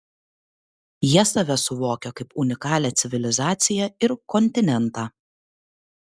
jie save suvokia kaip unikalią civilizaciją ir kontinentą